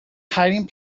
hiding